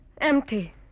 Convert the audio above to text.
Empty